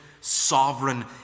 sovereign